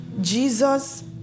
Jesus